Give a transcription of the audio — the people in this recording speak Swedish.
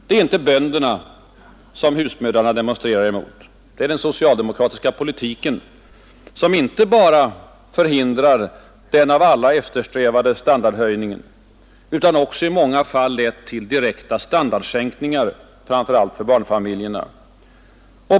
Det är inte bönderna husmödrarna demonstrerar emot. Det är den socialdemokratiska politiken, som inte bara förhindrar den av alla eftersträvade standardhöjningen utan också i många fall lett till direkta standardsänkningar, framför allt för barnfamiljerna.